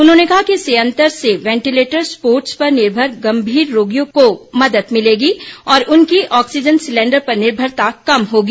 उन्होंने कहा कि इस संयंत्र से वेंटीलेटर स्पोर्ट पर निर्भर गंभीर को रोगियों मदद मिलेगी और उनकी ऑक्सीजन सिलेंडर पर निर्भरता कम होगी